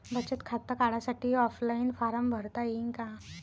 बचत खातं काढासाठी ऑफलाईन फारम भरता येईन का?